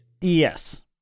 Yes